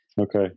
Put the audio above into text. Okay